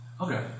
Okay